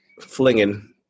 flinging